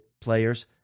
players